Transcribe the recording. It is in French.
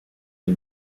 des